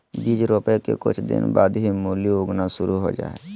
बीज रोपय के कुछ दिन बाद ही मूली उगना शुरू हो जा हय